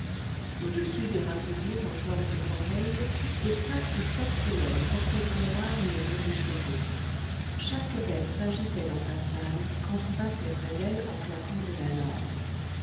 au-dessus des râteliers en forme de corbeille des plaques de porcelaine portaient en noir le nom des chevaux chaque bête s'agitait dans sa stalle quand on passait près d'elle en claquant de la langue